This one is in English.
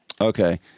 Okay